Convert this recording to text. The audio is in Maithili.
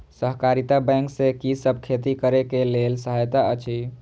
सहकारिता बैंक से कि सब खेती करे के लेल सहायता अछि?